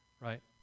right